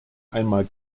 einmal